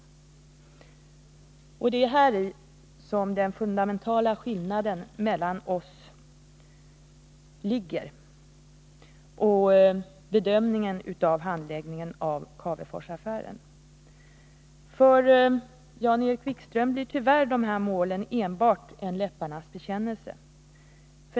Det är i frågan om hur de målen skall uppnås som vi har fundamentalt olika uppfattningar, och därför skiljer sig vår bedömning av handläggningen av Caveforsaffären. För Jan-Erik Wikström blir tyvärr de här målen enbart en läpparnas bekännelse.